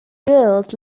girls